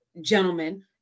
gentlemen